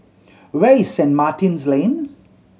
where is Saint Martin's Lane